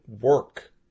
work